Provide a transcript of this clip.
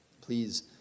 please